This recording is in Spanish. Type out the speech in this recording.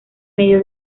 medio